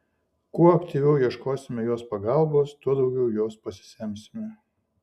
kuo aktyviau ieškosime jos pagalbos tuo daugiau jos pasisemsime